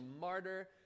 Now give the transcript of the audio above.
martyr